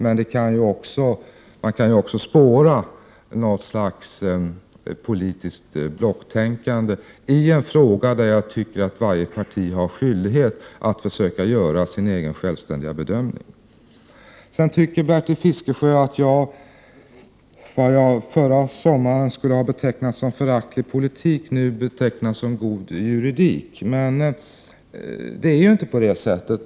Men man kan också spåra något slags politiskt blocktänkande i en fråga där jag tycker att varje parti har skyldighet att försöka göra sin egen självständiga bedömning. Bertil Fiskesjö tycker att det jag förra sommaren skulle ha betecknat som föraktlig politik, betecknar jag nu som god juridik. Men det är inte på det sättet.